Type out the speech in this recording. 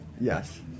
yes